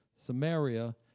Samaria